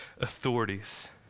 authorities